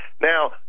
now